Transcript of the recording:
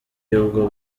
y’ubwo